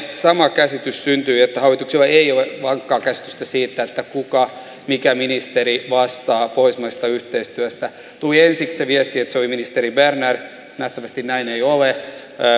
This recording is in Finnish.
sama käsitys syntyi että hallituksella ei ei ole vankkaa käsitystä siitä mikä ministeri vastaa pohjoismaisesta yhteistyöstä tuli ensiksi se viesti että se olisi ministeri berner nähtävästi näin ei ole ja